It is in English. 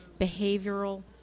behavioral